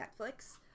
Netflix